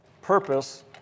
purpose